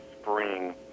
spring